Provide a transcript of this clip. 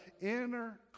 inner